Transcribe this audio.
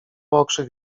okrzyk